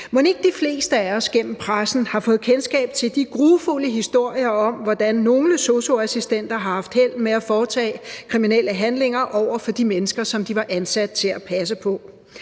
Mon ikke de fleste af os gennem pressen har fået kendskab til de grufulde historier om, hvordan nogle sosu-assistenter har haft held med at foretage kriminelle handlinger over for de mennesker, som de var ansat til at passe på.